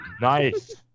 Nice